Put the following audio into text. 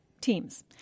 teams